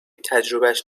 تجربهاش